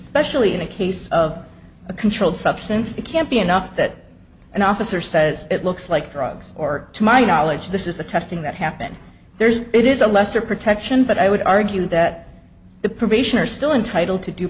say specially in a case of a controlled substance it can't be enough that an officer says it looks like drugs or to my knowledge this is the testing that happened there's it is a lesser protection but i would argue that the probation are still entitled to d